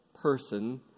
person